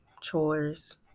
chores